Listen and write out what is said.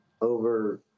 over